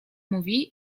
mówi